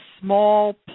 small